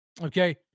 okay